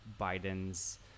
biden's